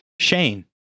Shane